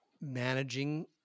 managing